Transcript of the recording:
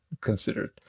considered